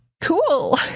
cool